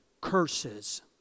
curses